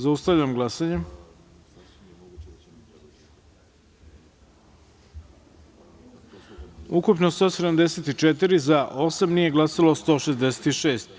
Zaustavljam glasanje: ukupno – 174, za – osam, nije glasalo 166.